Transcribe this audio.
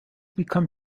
become